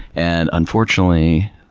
and unfortunately,